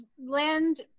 land